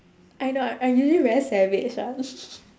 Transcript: I know I'm really very savage ah